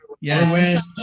Yes